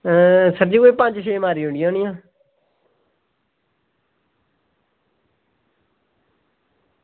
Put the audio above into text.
sir जी कोई पंज छे मारी ओडी आं न